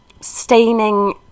staining